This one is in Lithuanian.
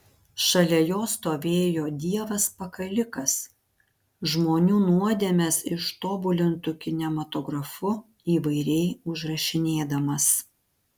šalia jo stovėjo dievas pakalikas žmonių nuodėmes ištobulintu kinematografu įvairiai užrašinėdamas